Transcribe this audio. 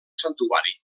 santuari